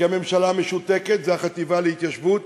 כי הממשלה משותקת, זה החטיבה להתיישבות,